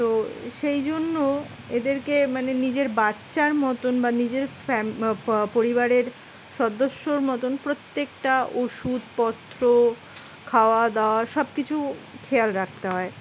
তো সেই জন্য এদেরকে মানে নিজের বাচ্চার মতন বা নিজের ফ্যাম পরিবারের সদস্যর মতন প্রত্যেকটা ওষুধপত্র খাওয়া দাওয়া সব কিছু খেয়াল রাখতে হয়